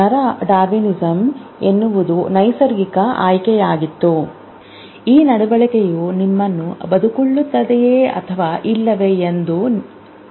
ನರ ಡಾರ್ವಿನಿಸಂ ಎನ್ನುವುದು ನೈಸರ್ಗಿಕ ಆಯ್ಕೆಯಾಗಿದ್ದು ಈ ನಡವಳಿಕೆಯು ನಿಮ್ಮನ್ನು ಬದುಕುಳಿಯುತ್ತದೆಯೆ ಅಥವಾ ಇಲ್ಲವೇ ಎಂಬುದನ್ನು ನಿರ್ಧರಿಸುತ್ತದೆ